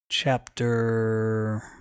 Chapter